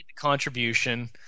contribution